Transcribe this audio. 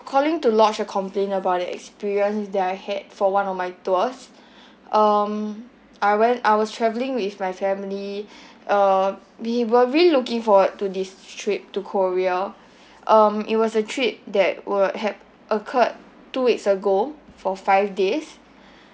calling to lodge a complaint about the experience that I had for one of my tours um I when I was travelling with my family uh we were really looking forward to this trip to korea um it was a trip that will have occurred two weeks ago for five days